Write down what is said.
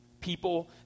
people